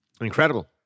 Incredible